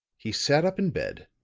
he sat up in bed,